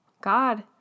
God